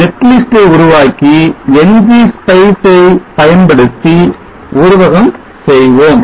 netlist ஐ உருவாக்கி Ngspice ஐ பயன்படுத்தி உருவகம் செய்வோம்